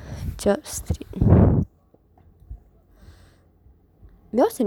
job street